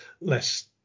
less